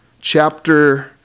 chapter